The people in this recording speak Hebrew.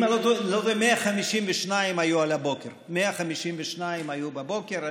אם אני לא טועה, 152 היו על הבוקר, 152 היו בבוקר.